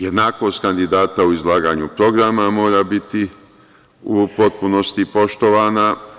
Jednakost kandidata u izlaganju programa mora biti u potpunosti poštovana.